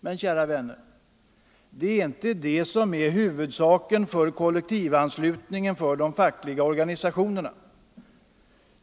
Men, kära vänner, det är inte det som är huvudmotivet till kollektivanslutning för de fackliga organisationerna.